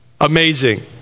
Amazing